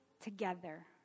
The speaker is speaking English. together